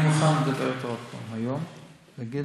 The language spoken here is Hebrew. אני מוכן לדבר אתו עוד פעם היום,